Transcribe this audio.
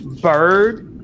Bird